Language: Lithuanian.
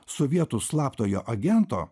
sovietų slaptojo agento